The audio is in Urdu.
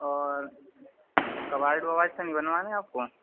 اور کبڈ واج س نہیں بنوانا ہے آپ کو